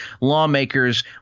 lawmakers